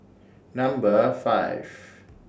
Number five